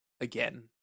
again